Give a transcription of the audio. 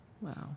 Wow